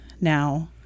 Now